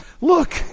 Look